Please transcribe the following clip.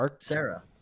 Sarah